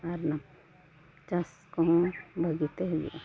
ᱟᱨ ᱚᱱᱟ ᱪᱟᱥ ᱠᱚᱦᱚᱸ ᱵᱷᱟᱹᱜᱤᱛᱮ ᱦᱩᱭᱩᱜᱼᱟ